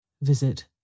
Visit